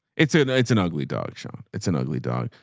it's an, it's an ugly dog, sean. it's an ugly dog.